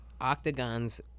octagons